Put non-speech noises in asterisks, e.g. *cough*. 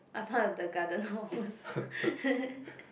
I thought the garderner hose *laughs*